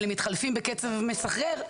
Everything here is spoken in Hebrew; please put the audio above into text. אבל הם מתחלפים בקצב מסחרר,